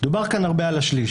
דובר כאן הרבה על השליש